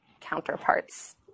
counterparts